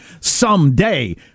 someday